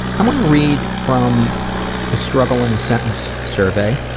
i want to read from the struggle in a sentence survey.